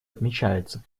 отмечается